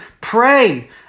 pray